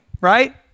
Right